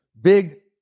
big